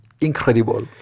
incredible